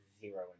zero